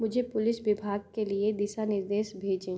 मुझे पुलिस विभाग के लिए दिशा निर्देश भेजें